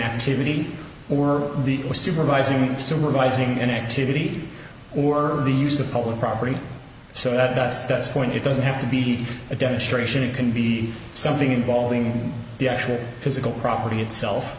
activity or the supervising supervising an activity or the use of public property so that's that's point it doesn't have to be a demonstration it can be something involving the actual physical property itself